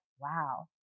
wow